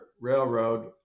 railroad